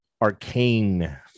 Arcane